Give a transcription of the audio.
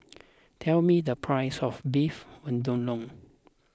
tell me the price of Beef Vindaloo